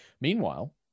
meanwhile